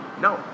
No